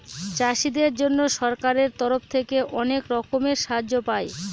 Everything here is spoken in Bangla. চাষীদের জন্য সরকারের তরফ থেকে অনেক রকমের সাহায্য পায়